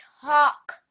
talk